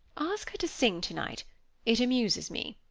ask her to sing tonight it amuses me.